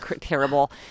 terrible